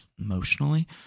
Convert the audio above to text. emotionally